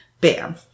bam